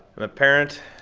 i'm a parent